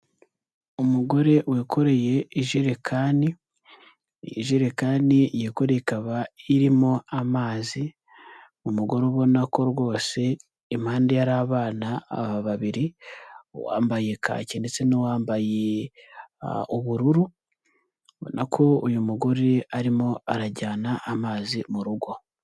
Umugore wikoreye ijerekani, ijerekani yikoreye ikaba irimo amazi, umugore ubona ko rwose impande hari abana babiri, uwambaye kaki ndetse n'uwambaye ubururu, ubona ko uyu mugore arimo arajyana amazi mu rugo.